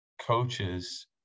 coaches